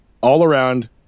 all-around